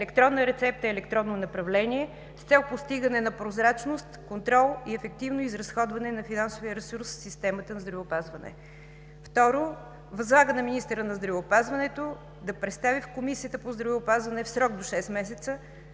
електронна рецепта, електронно направление за постигане на прозрачност, контрол и ефективно изразходване на финансовия ресурс в системата на здравеопазването. Второ, възлагаме на министъра на здравеопазването да представи в Комисията по здравеопазване в срок до шест месеца